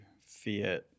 fiat